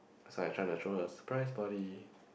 that's why I try might throw her a surprise party